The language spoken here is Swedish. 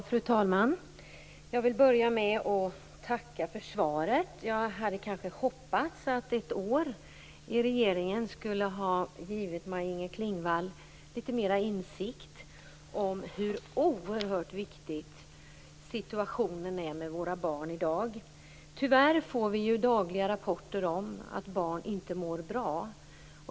Fru talman! Jag vill börja med att tacka för svaret. Jag hade kanske hoppats att ett år i regeringen skulle ha givit Maj-Inger Klingvall litet mera insikt om hur oerhört viktigt det är med situationen för våra barn i dag. Tyvärr får vi dagliga rapporter om att barn inte mår bra.